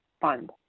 Fund